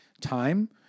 time